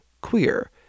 queer